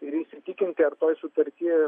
ir įsitikinti ar toj sutarty